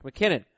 McKinnon